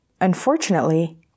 Unfortunately